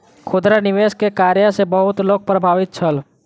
खुदरा निवेश के कार्य सॅ बहुत लोक प्रभावित छल